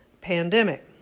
pandemic